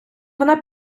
вона